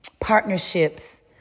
Partnerships